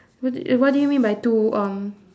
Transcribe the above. what d~ what do you mean by two um